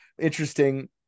Interesting